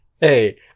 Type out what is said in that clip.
Hey